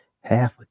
Half